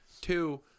two